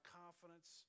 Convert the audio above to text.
confidence